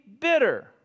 bitter